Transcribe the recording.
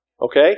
Okay